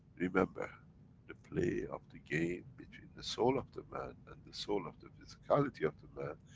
remember the play of the game, between the soul of the man and the soul of the physicality of the man,